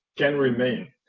can remain.